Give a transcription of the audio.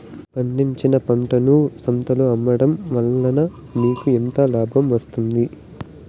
పండించిన పంటను సంతలలో అమ్మడం వలన మీకు ఎంత లాభం వస్తుంది?